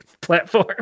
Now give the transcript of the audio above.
platform